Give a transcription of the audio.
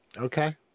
Okay